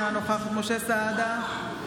אינה נוכחת משה סעדה,